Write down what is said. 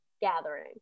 gathering